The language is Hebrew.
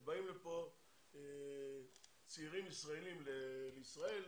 כשבאים לפה צעירים ישראלים לישראל,